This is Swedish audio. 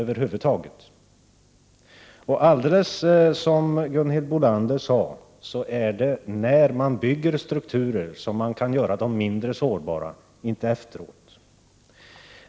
Och det är precis som Gunhild Bolander sade, nämligen att det är när man bygger strukturer som man kan göra dem mindre sårbara, inte efteråt.